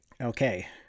Okay